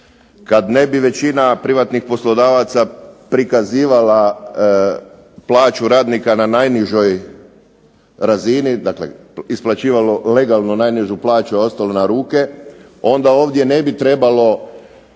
kad ne bi većina privatnih poslodavaca prikazivala plaću radnika na najnižoj razini, dakle isplaćivalo legalno najnižu plaću, a ostalo na ruke, onda ovdje ne bi trebalo